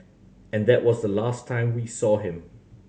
and that was the last time we saw him